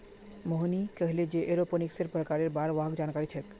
मोहिनी कहले जे एरोपोनिक्सेर प्रकारेर बार वहाक जानकारी छेक